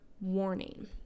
warning